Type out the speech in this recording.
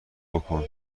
بکن